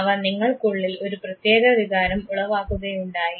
അവ നിങ്ങൾക്കുള്ളിൽ ഒരു പ്രത്യേക വികാരം ഉളവാക്കുകയുണ്ടായി